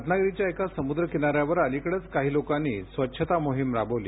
रत्नागिरीच्या एका समुद्र किनाऱ्यावर अलिकडेच काही लोकांनी स्वच्छता मोहिम राबवली